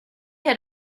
had